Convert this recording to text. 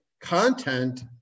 content